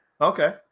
okay